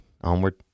Onward